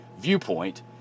viewpoint